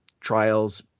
trials